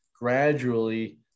gradually